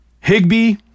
Higby